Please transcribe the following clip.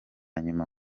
nyuma